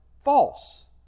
false